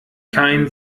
kein